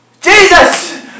Jesus